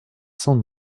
cent